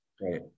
right